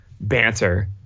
banter